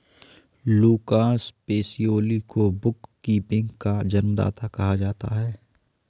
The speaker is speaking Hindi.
लूकास पेसियोली को बुक कीपिंग का जन्मदाता कहा जाता है